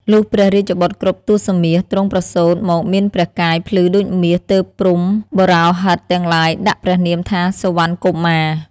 លុះព្រះរាជបុត្រគ្រប់ទសមាស ទ្រង់ប្រសូតមកមានព្រះកាយភ្លឺដូចមាសទើបព្រហ្មណ៍បុរោហិតទាំងឡាយដាក់ព្រះនាមថាសុវណ្ណកុមារ។